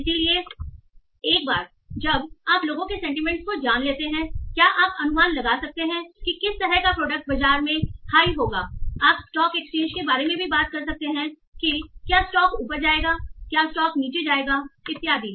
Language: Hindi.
इसलिए एक बार जब आप लोगों के सेंटीमेंटस को जान लेते हैं क्या आप अनुमान लगा सकते हैं कि किस तरह का प्रोडक्ट बाजार में हाइ होगा आप स्टॉक एक्सचेंज के बारे में भी बात कर सकते हैं कि क्या स्टॉक ऊपर जाएगा क्या स्टॉक नीचे जाएगा इत्यादि